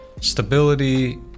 stability